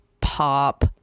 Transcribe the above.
pop